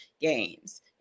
games